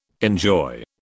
enjoy